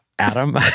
Adam